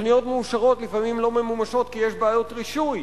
תוכניות מאושרות לפעמים לא ממומשות כי יש בעיות רישוי,